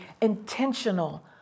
intentional